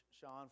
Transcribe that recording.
Sean